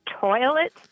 toilet